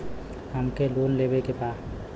हमके लोन लेवे के बा?